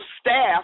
staff